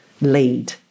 Lead